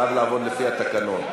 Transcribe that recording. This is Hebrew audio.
וזה חייב לעבוד לפי התקנון.